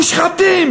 מושחתים